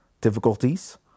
difficulties